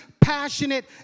passionate